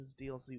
DLC